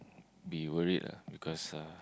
be worried lah because uh